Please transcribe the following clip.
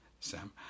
Sam